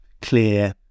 clear